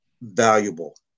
valuable